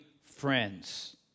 friends